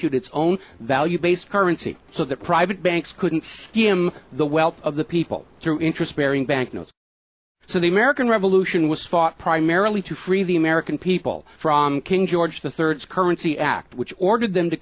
e it's own value based currency so that private banks couldn't d m the wealth of the people through interest bearing banknotes so the american revolution was fought primarily to free the american people from king george the third currency act which ordered them to